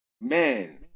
man